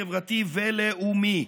חברתי ולאומי,